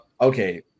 okay